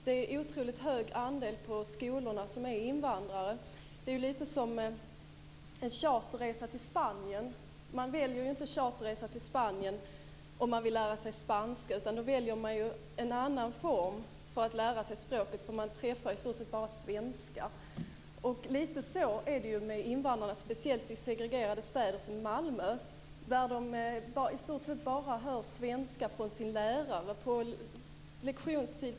Det är en otroligt stor andel i skolorna som är invandrare. Det är lite grann som en charterresa till Spanien. Man väljer ju inte en charterresa till Spanien om man vill lära sig spanska, utan då väljer man ju en annan form för att lära sig språket, eftersom man träffar i stort bara svenskar på charterresan. Det är lite på samma sätt med invandrarna, speciellt i segregerade städer som Malmö, där de hör svenska i stort sett bara från sin lärare på lektionstid.